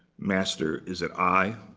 master, is it i?